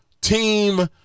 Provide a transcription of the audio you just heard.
team